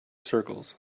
circles